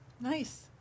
Nice